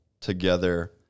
together